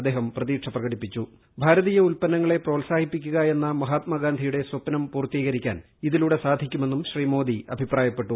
അദ്ദേഹം പ്രതീക്ഷ ഭാരതീയ ഉല്പന്നങ്ങളെ പ്രോത്സാഹിപ്പിക്കുക എന്ന മഹാത്മാഗാന്ധിയുടെ സ്വപ്നം പൂർത്തീകരിക്കാൻ ഇതിലൂടെ സാധിക്കുമെന്നും ശ്രീ മോദി അഭിപ്രായപ്പെട്ടു